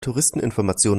touristeninformation